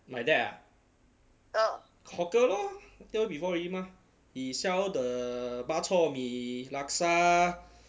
my dad ah hawker lor tell you before already mah he sell the bak chor mee laksa